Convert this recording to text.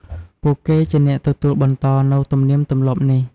ពួកគេជាអ្នកទទួលបន្តនូវទំនៀមទម្លាប់នេះ។